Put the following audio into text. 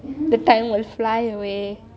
the time will fly away